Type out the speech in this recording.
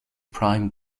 prime